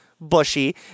bushy